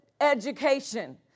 education